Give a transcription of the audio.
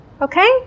Okay